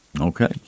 Okay